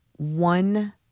one